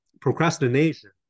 procrastination